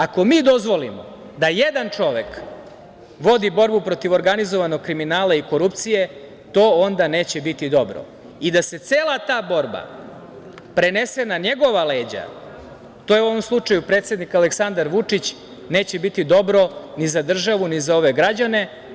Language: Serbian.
Ako mi dozvolimo da jedan čovek vodi borbu protiv organizovanog kriminala i korupcije, to onda neće biti dobro i da se cela ta borba prenese na njegova leđa, to je u ovom slučaju predsednik Aleksandar Vučić, neće biti dobro ni za državu, ni za ove građane.